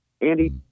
Andy